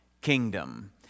kingdom